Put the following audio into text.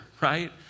right